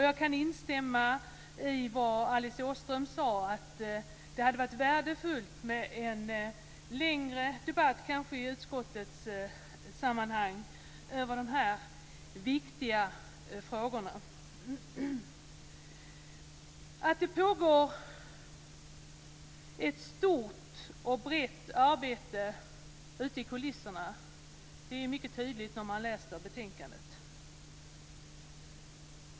Jag kan instämma i vad Alice Åström sade om att det hade varit värdefullt med en längre debatt i utskottssammanhang över de här viktiga frågorna. Att det pågår ett stort och brett arbete i kulisserna är mycket tydligt när man läser betänkandet.